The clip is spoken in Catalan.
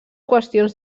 qüestions